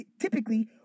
typically